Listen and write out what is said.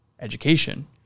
education